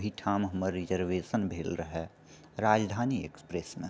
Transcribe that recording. ओहिठाम हमर रिजर्वेशन भेल रहए राजधानी एक्सप्रेसमे